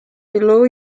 below